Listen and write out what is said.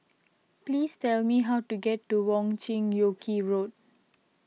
please tell me how to get to Wong Chin Yoke Road